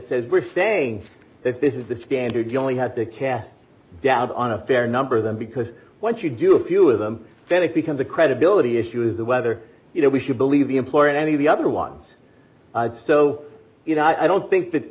says we're saying that this is the standard you only have to cast doubt on a fair number of them because once you do a few of them then it becomes a credibility issue with the whether you know we should believe the employer or any of the other ones so you know i don't think that